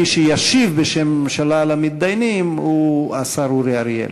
מי שישיב למתדיינים בשם הממשלה הוא השר אורי אריאל,